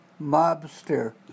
mobster